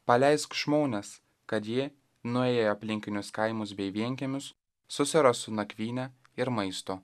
paleisk žmones kad jie nuėję į aplinkinius kaimus bei vienkiemius susirastų nakvynę ir maisto